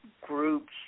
groups